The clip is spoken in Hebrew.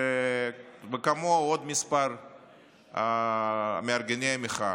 וכמוהו עוד כמה מארגני המחאה.